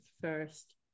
First